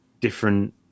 different